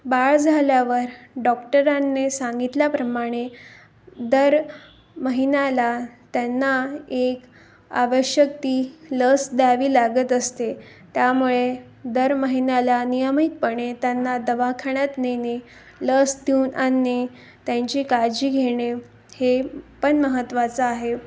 बाळ झाल्यावर डॉक्टरांनी सांगितल्याप्रमाणे दर महिन्याला त्यांना एक आवश्यक ती लस द्यावी लागत असते त्यामुळे दर महिन्याला नियमितपणे त्यांना दवाखान्यात नेणे लस देऊन आणणे त्यांची काळजी घेणे हे पण महत्त्वाचं आहे